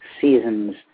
Seasons